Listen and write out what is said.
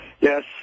Yes